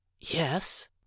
Yes